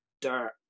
dirt